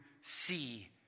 see